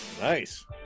Nice